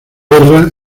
guerra